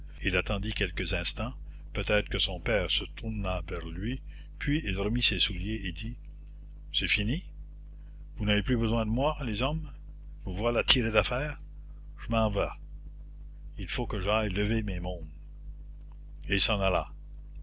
il attendit quelques instants peut-être que son père se tournât vers lui puis il remit ses souliers et dit c'est fini vous n'avez plus besoin de moi les hommes vous voilà tirés d'affaire je m'en vas il faut que j'aille lever mes mômes et il s'en alla